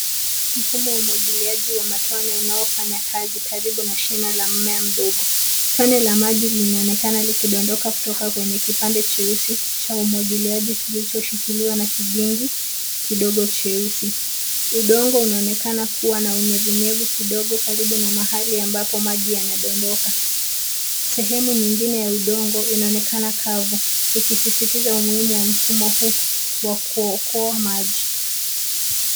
Mfumo wa umwagiliaji wa matone unaofanya kazi karibu na shina la mmea mdogo. Tone la maji linaonekana likidondoka kutoka kwenye kipande cheusi cha umwagiliaji kilichoshikiliwa na kigingi kidogo cheusi. Udongo unaonekana kuwa na unyevunyevu kidogo karibu na mahali ambapo maji yanadondoka. Sehemu nyingine ya udongo inaonekana kavu, ikisisitiza umuhimu wa mfumo wa kuokoa maji.